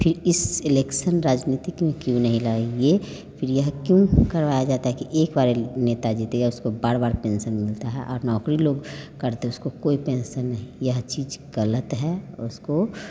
फिर इस एलेक्सन राजनीति में क्यों नहीं लगाइए फिर यह क्यों करवाया जाता है कि एक बार एक नेताजी दे उसको बार बार पेन्सन मिलता है और नौकरी लोग करते उसको कोई पेन्सन नहीं यह चीज़ गलत है उसको